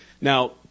Now